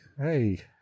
hey